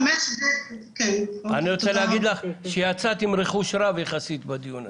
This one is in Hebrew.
אני רוצה להגיד לך שיצאת ברכוש רב יחסית בדיון הזה.